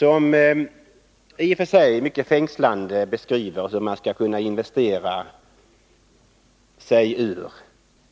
Han beskriver —i och för sig mycket fängslande — hur man skall kunna investera sig ur